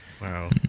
Wow